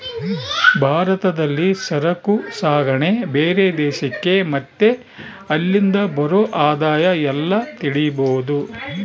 ಭಾರತದಲ್ಲಿ ಸರಕು ಸಾಗಣೆ ಬೇರೆ ದೇಶಕ್ಕೆ ಮತ್ತೆ ಅಲ್ಲಿಂದ ಬರೋ ಆದಾಯ ಎಲ್ಲ ತಿಳಿಬೋದು